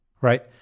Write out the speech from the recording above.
right